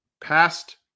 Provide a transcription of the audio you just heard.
past